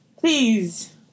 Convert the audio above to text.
please